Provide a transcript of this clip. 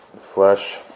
flesh